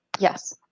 Yes